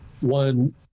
One